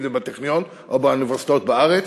אם בטכניון או באוניברסיטאות בארץ.